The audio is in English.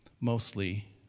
Mostly